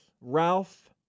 Ralph